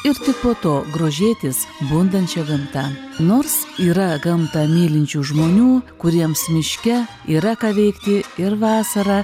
ir tik po to grožėtis bundančia gamta nors yra gamtą mylinčių žmonių kuriems miške yra ką veikti ir vasarą